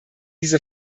diese